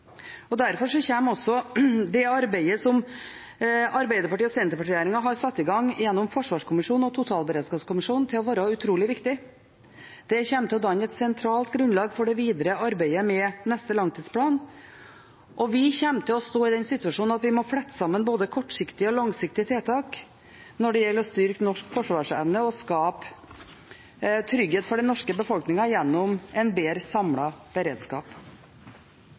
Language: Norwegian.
Derfor kommer også det arbeidet som Arbeiderparti–Senterparti-regjeringen har satt i gang gjennom Forsvarskommisjonen og Totalberedskapskommisjonen, til å være utrolig viktig. Det kommer til å danne et sentralt grunnlag for det videre arbeidet med neste langtidsplan. Vi kommer til å stå i den situasjonen at vi må flette sammen både kortsiktige og langsiktige tiltak når det gjelder å styrke norsk forsvarsevne og skape trygghet for den norske befolkningen gjennom en bedre samlet beredskap.